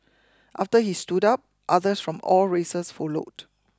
after he stood up others from all races followed